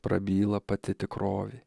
prabyla pati tikrovė